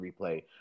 replay